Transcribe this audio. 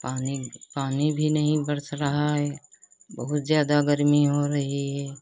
पानी पानी भी नहीं बरस रहा है बहुत ज़्यादा गर्मी हो रही है